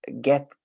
get